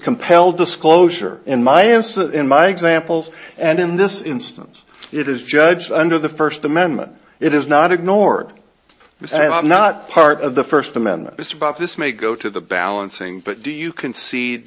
compel disclosure in my answer in my examples and in this instance it is judged under the first amendment it is not ignored it's not part of the first amendment it's about this may go to the balancing but do you concede